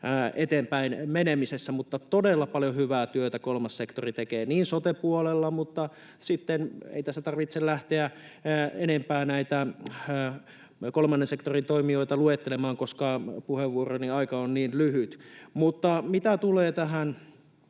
eteenpäinmenemisessä, mutta todella paljon hyvää työtä kolmas sektori tekee, esimerkiksi sote-puolella — mutta ei tässä tarvitse lähteä enempää kolmannen sektorin toimijoita luettelemaan, koska puheenvuoroni aika on niin lyhyt. Mitä tulee tähän,